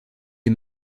les